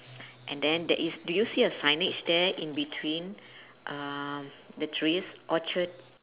and then there is do you see a signage there in between um the trees orchard